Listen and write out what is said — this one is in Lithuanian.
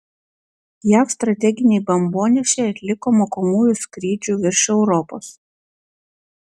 jav strateginiai bombonešiai atliko mokomųjų skrydžių virš europos